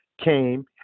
came